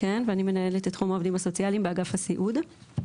ואני מנהלת את תחום העובדים הסוציאליים באגף הסיעוד.